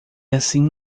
assim